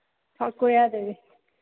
south ꯀꯣꯔꯤꯌꯥꯗꯒꯤ